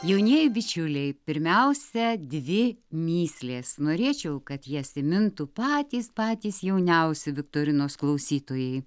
jaunieji bičiuliai pirmiausia dvi mįslės norėčiau kad jas įmintų patys patys jauniausi viktorinos klausytojai